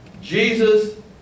Jesus